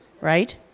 right